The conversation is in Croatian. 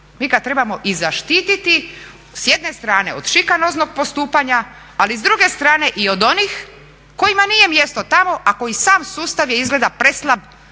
mi ga trebamo i zaštiti s jedne strane od šikanoznog postupanja, ali s druge strane i od onih kojima nije mjesto tamo, a koji sam sustav je izgleda preslab